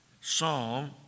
psalm